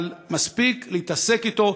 אבל מספיק להתעסק אתו.